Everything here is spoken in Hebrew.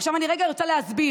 עכשיו אני רגע רוצה להסביר,